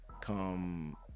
Come